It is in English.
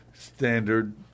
Standard